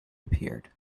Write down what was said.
appeared